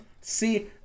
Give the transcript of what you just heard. See